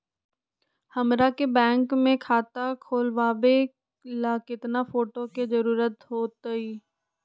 हमरा के बैंक में खाता खोलबाबे ला केतना फोटो के जरूरत होतई?